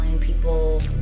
people